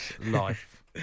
life